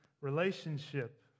relationship